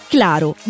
Claro